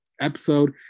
episode